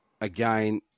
again